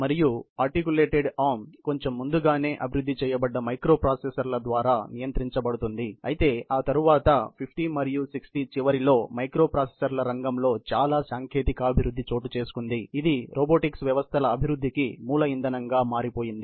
మరియు articulated arm కొంచెం ముందుగానే అభివృద్ధి చేయబడ్డ మైక్రోప్రాసెసర్ల ద్వారా నియంత్రించబడింది అయితే ఆ తరువాత 50 మరియు 60 చివరిలో మైక్రోప్రాసెసర్ల రంగంలో చాలా సాంకేతిక అభివృద్ధి చోటుచేసుకొంది ఇది రోబోటిక్స్ వ్యవస్థల అభివృద్ధికి మూల ఇంధనంగా మారిపోయింది